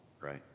right